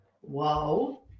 Whoa